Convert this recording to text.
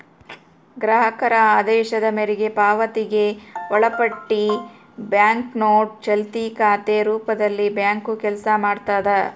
ಗ್ರಾಹಕರ ಆದೇಶದ ಮೇರೆಗೆ ಪಾವತಿಗೆ ಒಳಪಟ್ಟಿ ಬ್ಯಾಂಕ್ನೋಟು ಚಾಲ್ತಿ ಖಾತೆ ರೂಪದಲ್ಲಿಬ್ಯಾಂಕು ಕೆಲಸ ಮಾಡ್ತದ